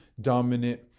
dominant